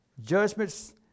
Judgments